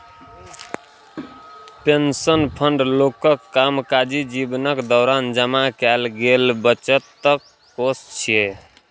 pension fund लोकक कामकाजी जीवनक दौरान जमा कैल गेल बचतक कोष छियै